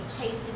chasing